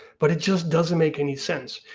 but it just doesn't make any sense.